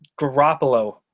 Garoppolo